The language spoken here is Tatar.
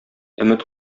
өмет